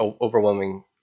overwhelming